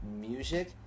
music